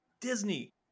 Disney-